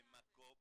בדיוק.